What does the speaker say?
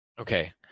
Okay